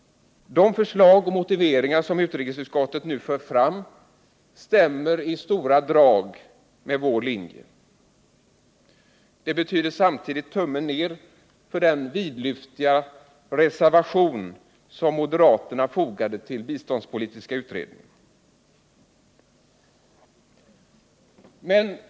De förslag och motiveringar som utrikesutskottet nu för fram överensstämmer i stort sett med vår linje. Det betyder samtidigt tummen ner för den vidlyftiga reservation som moderaterna fogat till den biståndspolitiska utredningen.